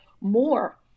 more